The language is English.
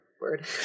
word